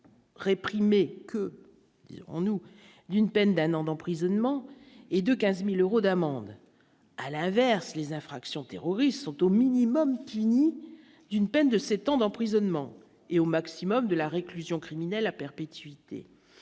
sont. Que on ou d'une peine d'un an d'emprisonnement et de 15000 euros d'amende à l'inverse, les infractions terroristes sont au minimum puni d'une peine de 7 ans d'emprisonnement et au maximum de la réclusion criminelle à perpétuité,